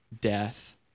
death